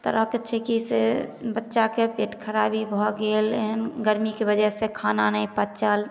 तरहके छै से बच्चाके पेट खराबी भऽ गेल एहन गर्मीके वजह सऽ खाना नहि पचल